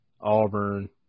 Auburn